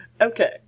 Okay